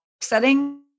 setting